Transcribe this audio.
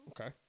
Okay